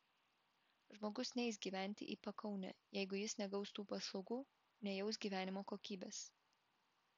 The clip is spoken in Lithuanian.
žmogus neis gyventi į pakaunę jeigu jis negaus tų paslaugų nejaus gyvenimo kokybės